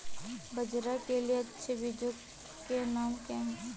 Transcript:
बाजरा के लिए अच्छे बीजों के नाम क्या हैं?